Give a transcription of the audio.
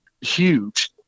huge